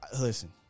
listen